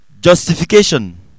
Justification